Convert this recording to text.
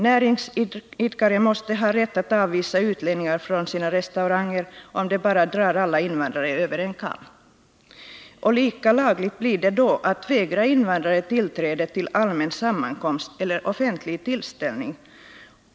Näringsidkare måste ha rätt — 15 november 1979 att avhysa utlänningar från sina restauranger, om de bara drar alla invandrare över en kam. Och lika lagligt blir det då att vägra invandrare tillträde till Om hets mot inallmän sammankomst eller offentlig tillställning.